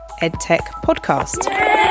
EdTechPodcast